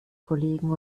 kollegen